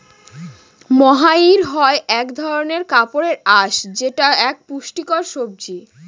মহাইর হয় এক ধরনের কাপড়ের আঁশ যেটা এক পুষ্টিকর সবজি